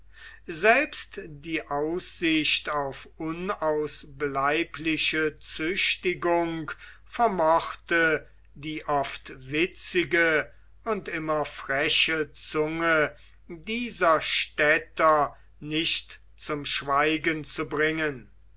selbst die aussicht auf unausbleibliche züchtigung vermochte die oft witzige und immer freche zunge dieser städter nicht zum schweigen zu bringen